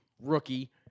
rookie